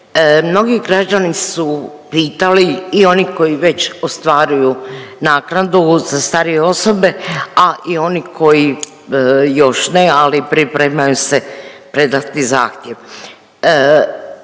mnogi građani su pitali i oni koji već ostvaruju naknadu za starije osobe, a i oni koji još ne, ali pripremaju se predati zahtjev.